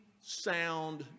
sound